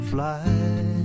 fly